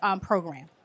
program